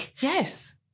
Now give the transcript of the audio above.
Yes